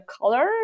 color